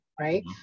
right